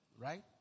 right